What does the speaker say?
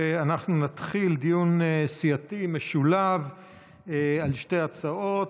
ואנחנו נתחיל דיון סיעתי משולב על שתי ההצעות.